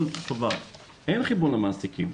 אין כיוון למעסיקים.